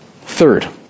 Third